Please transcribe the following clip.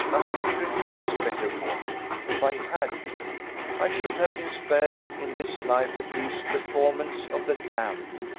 a hundred times better for me, if i had i should have been spared, in this life at least, the torments of the damned.